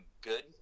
good